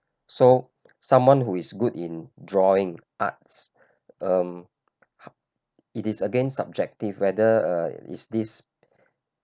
so someone who is good in drawing arts um it is against subjective whether ah is this